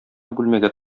бүлмәгә